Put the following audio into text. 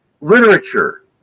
literature